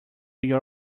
your